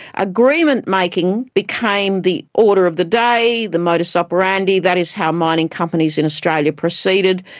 agreement making became the order of the day, the modus operandi, that is how mining companies in australia proceeded,